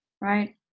right